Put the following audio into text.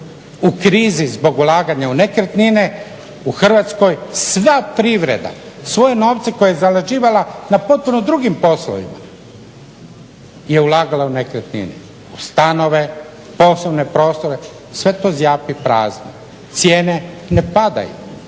u krizi zbog ulaganja u nekretnine u Hrvatskoj sva privreda, sve novce koje je zarađivala na potpuno drugim poslovima je ulagala u nekretnine u stanove, poslovne prostore, sve to zjapi prazno. Cijene ne padaju,